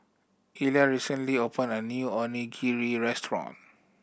Elia recently opened a new Onigiri Restaurant